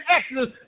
Exodus